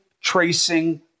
tracing